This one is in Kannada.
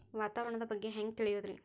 ವಾತಾವರಣದ ಬಗ್ಗೆ ಹ್ಯಾಂಗ್ ತಿಳಿಯೋದ್ರಿ?